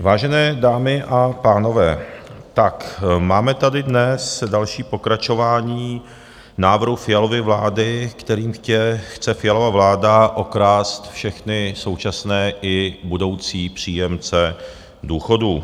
Vážené dámy a pánové, tak máme tady dnes další pokračování návrhu Fialovy vlády, kterým chce Fialova vláda okrást všechny současné i budoucí příjemce důchodů.